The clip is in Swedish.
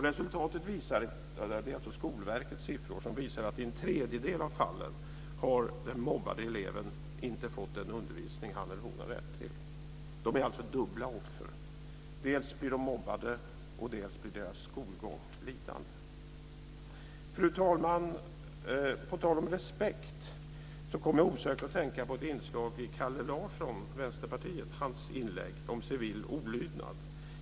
Resultatet visar, och det är alltså Skolverkets siffror, att i en tredjedel av fallen har den mobbade eleven inte fått den undervisning han eller hon har rätt till. De är alltså dubbla offer: Dels blir de mobbade, dels blir deras skolgång lidande. Fru talman! På tal om respekt kommer jag osökt att tänka på det inslag i vänsterpartisten Kalle Larssons inlägg som handlade om civil olydnad.